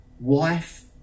wife